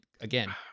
again